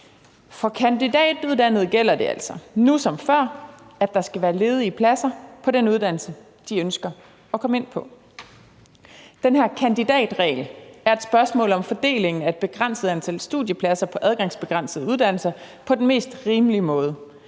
For kandidatuddannede gælder det altså – nu som før – at der skal være ledige pladser på den uddannelse, de ønsker at komme ind på. Den her kandidatregel er et spørgsmål om fordeling af et begrænset antal studiepladser på adgangsbegrænsede uddannelser på den mest rimelige måde.